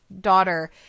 daughter